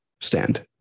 stand